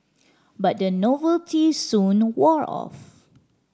but the novelty soon wore off